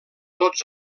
tots